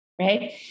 right